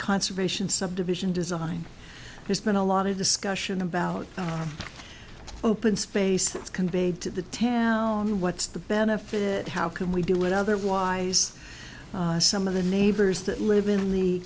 conservation subdivision design there's been a lot of discussion about open space that's conveyed to the town what's the benefit how can we do it otherwise some of the neighbors that live in the